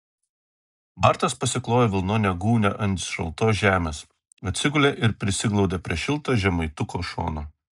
bartas pasiklojo vilnonę gūnią ant šaltos žemės atsigulė ir prisiglaudė prie šilto žemaituko šono